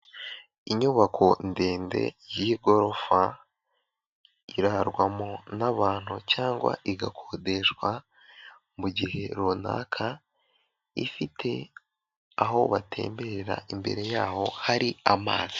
Inyubako ndende y'igorofa, irarwamo n'abantu cyangwa igakodeshwa, mu gihe runaka ifite aho batemberera, imbere yaho hari amazi.